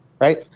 Right